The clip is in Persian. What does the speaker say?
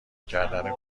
کردن